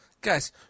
Guys